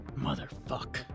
Motherfuck